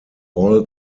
all